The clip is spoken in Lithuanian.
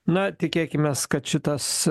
na tikėkimės kad šitas